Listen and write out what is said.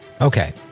Okay